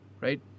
Right